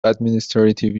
administrative